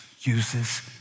uses